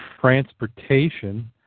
Transportation